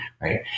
right